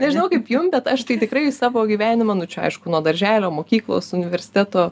nežinau kaip jum bet aš tai tikrai savo gyvenimą nu čia aišku nuo darželio mokyklos universiteto